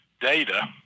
data